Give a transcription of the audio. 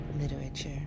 literature